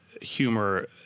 humor